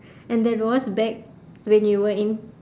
and that was back when you were in